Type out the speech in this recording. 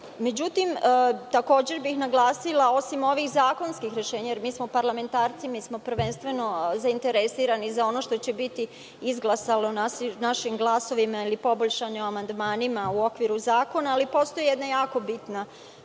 bodovani.Međutim, takođe bih naglasila osim ovih zakonskih rešenja, jer mi smo parlamentarci, mi smo prvenstveno zainteresovani za ono što će biti izglasano našim glasovima ili poboljšano amandmanima u okviru zakona, postoji jedna jako bitna razvojna